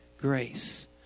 Grace